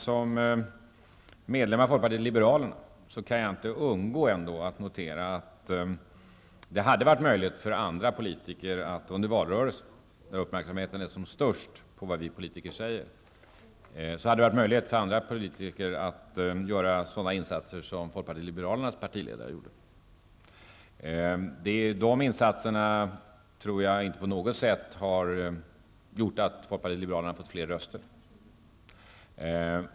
Som medlem av folkpartiet liberalerna kan jag inte undgå att notera att det hade varit möjligt för andra politiker att under valrörelsen -- då uppmärksamheten är som störst på vad vi politiker säger -- göra sådana insatser som folkpartiet liberalernas partiledare har gjort. De insatserna tror jag inte på något sätt har lett till att folkpartiet liberalerna har fått flera röster.